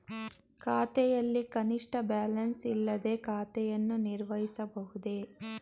ಖಾತೆಯಲ್ಲಿ ಕನಿಷ್ಠ ಬ್ಯಾಲೆನ್ಸ್ ಇಲ್ಲದೆ ಖಾತೆಯನ್ನು ನಿರ್ವಹಿಸಬಹುದೇ?